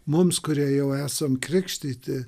mums kurie jau esam krikštyti